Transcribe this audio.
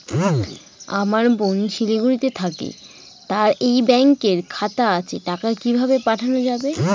আমার বোন শিলিগুড়িতে থাকে তার এই ব্যঙকের খাতা আছে টাকা কি ভাবে পাঠানো যাবে?